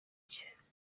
cye